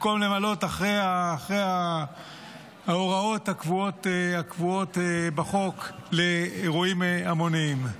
במקום למלא אחרי ההוראות הקבועות בחוק לאירועים המוניים.